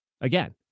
again